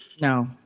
No